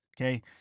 okay